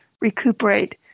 recuperate